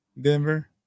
Denver